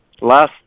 Last